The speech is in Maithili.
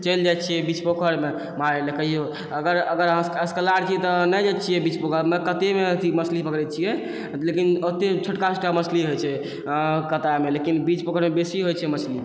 चलि जाइ छिए बीच पोखरिमे मारैलए कहिओ अगर असकल्ला रहै छिए तऽ नहि जाइ छिए बीच पोखरिमे कातेमे अथि मछली पकड़ै छिए लेकिन ओतऽ छोटका छोटका मछली रहै छै कतामे लेकिन बीच पोखरिमे बेसी होइ छै मछली